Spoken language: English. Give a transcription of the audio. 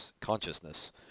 consciousness